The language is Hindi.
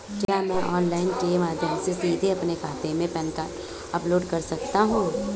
क्या मैं ऑनलाइन के माध्यम से सीधे अपने खाते में पैन कार्ड अपलोड कर सकता हूँ?